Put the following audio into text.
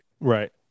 Right